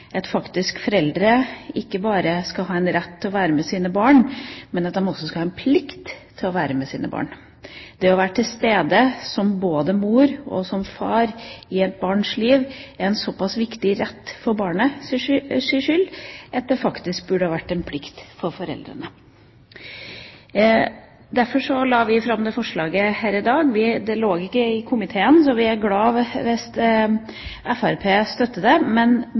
at foreldre faktisk ikke bare skal ha en rett til å være med sine barn, men at de også skal ha en plikt til å være med sine barn. Det å være til stede både som mor og som far i et barns liv er en såpass viktig rett for barnets skyld at det faktisk burde vært en plikt for foreldrene. Derfor la vi fram det forslaget her i dag. Det lå ikke i komiteen, så vi er glad hvis Fremskrittspartiet støtter det.